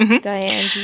Diane